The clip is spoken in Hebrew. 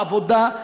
עבודה,